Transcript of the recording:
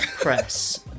press